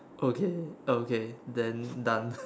okay ok then done